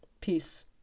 Peace